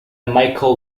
michael